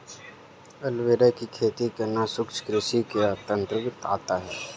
aloe vera की खेती करना शुष्क कृषि के अंतर्गत आता है